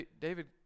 David